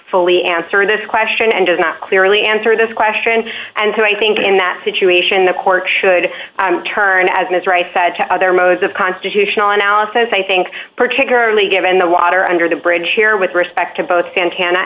fully answer this question and does not clearly answer this question and so i think in that situation the court should turn as ms rice said to other modes of constitutional analysis i think particularly given the water under the bridge here with respect to both santana